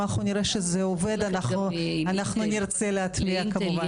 אם אנחנו נראה שזה עובד אנחנו נרצה להטמיע כמובן.